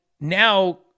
now